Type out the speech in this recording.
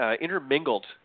intermingled